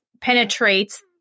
penetrates